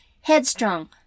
headstrong